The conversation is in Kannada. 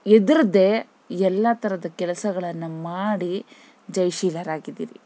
ಹೆದ್ರದೇ ಎಲ್ಲ ಥರದ ಕೆಲಸಗಳನ್ನು ಮಾಡಿ ಜಯಶೀಲರಾಗಿದ್ದೀವಿ